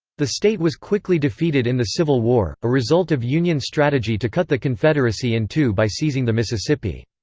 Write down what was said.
the state was quickly defeated in the civil war, a result of union strategy to cut the confederacy in two by seizing the mississippi.